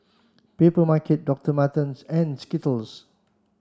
Papermarket Doctor Martens and Skittles